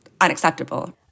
unacceptable